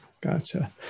Gotcha